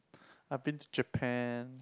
I been to Japan